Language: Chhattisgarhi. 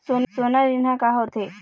सोना ऋण हा का होते?